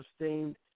sustained